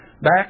Back